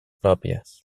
pròpies